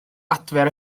adfer